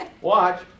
watch